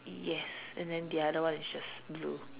yes and then the other one is just blue